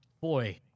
Boy